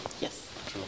Yes